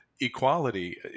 equality